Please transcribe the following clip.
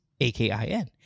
A-K-I-N